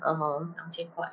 (uh huh)